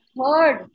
Third